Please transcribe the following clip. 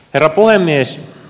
herra puhemies